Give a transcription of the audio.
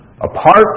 Apart